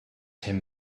him